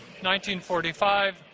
1945